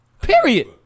Period